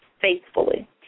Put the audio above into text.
faithfully